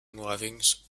norwegens